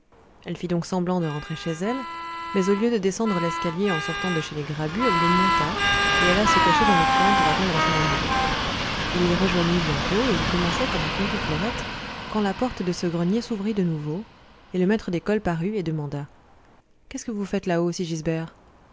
elle fit donc semblant de rentrer chez elle mais au lieu de descendre l'escalier en sortant de chez les grabu elle le monta et alla se cacher dans le foin pour attendre son amoureux il l'y rejoignit bientôt et il commençait à lui conter fleurette quand la porte de ce grenier s'ouvrit de nouveau et le maître d'école parut et demanda qu'est-ce que vous faites là